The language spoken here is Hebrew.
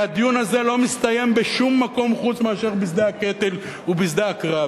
כי הדיון הזה לא מסתיים בשום מקום חוץ מאשר בשדה הקטל ובשדה הקרב,